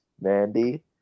Mandy